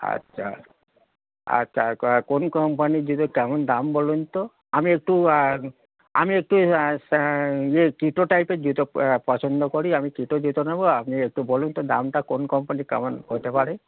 আচ্ছা আচ্ছা কোন কোম্পানির জুতো কেমন দাম বলুন তো আমি একটু আমি একটু ইয়ে কিটো টাইপের জুতো পছন্দ করি আমি কিটো জুতো নেবো আপনি একটু বলুন তো দামটা কোন কোম্পানির কেমন হতে পারে